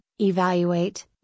evaluate